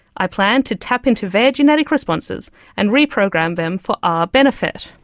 i plan to tap into their genetic responses and reprogram them for our benefit.